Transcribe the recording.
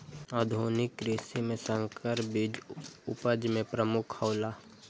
आधुनिक कृषि में संकर बीज उपज में प्रमुख हौला